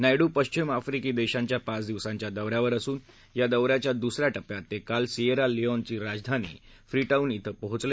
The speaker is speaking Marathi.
नायडू पश्चिम आफ्रिकी देशाच्या पाच दिवसांच्या दौ यावर असून या दौ याच्या दुस या टप्प्यात ते काल सियेरा लियोनची राजधानी फ्रीटाउन बें पोहचले